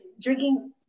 Drinking